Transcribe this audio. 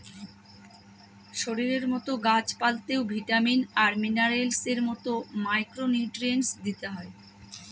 শরীরের মতো গাছ পালতেও ভিটামিন আর মিনারেলস এর মতো মাইক্র নিউট্রিয়েন্টস দিতে হয়